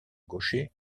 gaucher